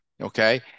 okay